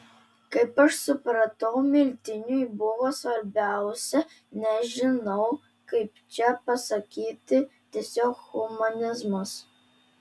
kaip aš supratau miltiniui buvo svarbiausia nežinau kaip čia pasakyti tiesiog humanizmas